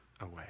away